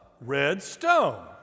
Redstone